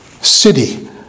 city